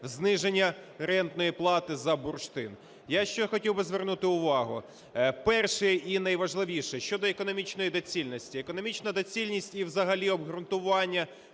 зниження рентної плати за бурштин. Я ще хотів би звернути увагу, перше і найважливіше – щодо економічної доцільності. Економічна доцільність і взагалі обґрунтування